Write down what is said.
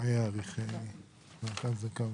שהם באמת שם?